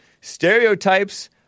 Stereotypes